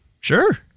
Sure